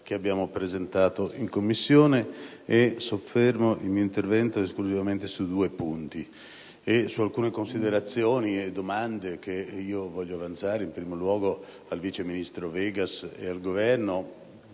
che abbiamo presentato in Commissione. Mi soffermo nel mio intervento esclusivamente su due punti nonché su alcune considerazioni e domande che voglio lanciare in primo luogo al vice ministro Vegas e al Governo,